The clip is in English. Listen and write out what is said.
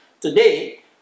today